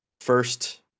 first